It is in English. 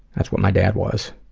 that's what my dad was.